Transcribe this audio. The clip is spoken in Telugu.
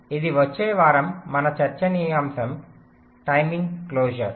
కాబట్టి ఇది వచ్చే వారం మన చర్చనీయాంశం టైమింగ్ క్లోజర్